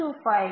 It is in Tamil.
125 0